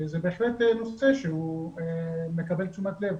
זה בהחלט נושא שמקבל תשומת לב.